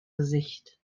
gesicht